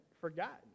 forgotten